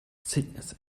sickness